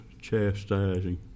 chastising